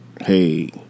hey